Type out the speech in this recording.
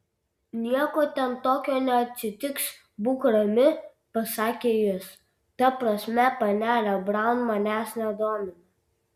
nieko ten tokio neatsitiks būk rami pasakė jis ta prasme panelė braun manęs nedomina